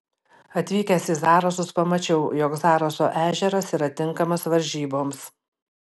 atvykęs į zarasus pamačiau jog zaraso ežeras yra tinkamas varžyboms